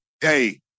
Hey